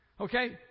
Okay